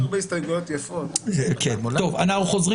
אנחנו חוזרים